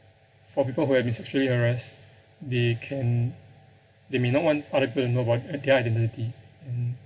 for people who have been sexually harassed they can they may not want other people to know about uh their identity and